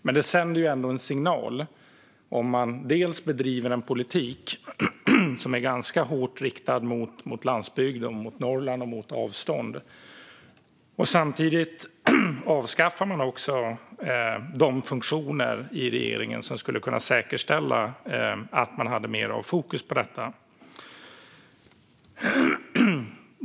Men det sänder ändå en signal om man driver en politik som är ganska hårt riktad mot landsbygden, mot Norrland och mot avstånd och samtidigt avskaffar de funktioner i regeringen som skulle kunna säkerställa att man har mer fokus på detta.